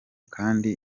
kandi